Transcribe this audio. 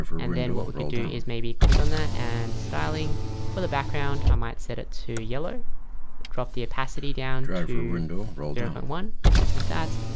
and then what we could do is maybe click on that and styling for the background. i might set it to yellow drop the opacity down to zero point one like that.